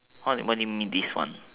what what do you mean this one